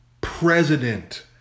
president